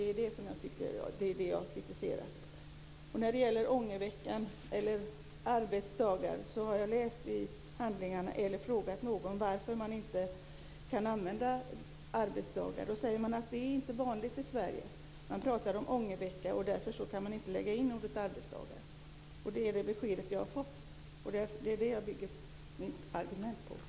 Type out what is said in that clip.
Det är det jag kritiserar. När det gäller ångervecka eller arbetsdagar har jag frågat någon varför man inte kan använda ordet arbetsdagar. Då sägs det att det inte är vanligt i Sverige. Här talar man om ångervecka, och därför kan man inte lägga in ordet arbetsdagar. Det är det besked jag har fått, och det är det jag bygger mina argument på.